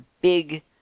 big